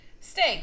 steak